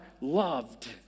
loved